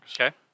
Okay